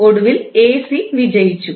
ഒടുവിൽ എസി വിജയിച്ചു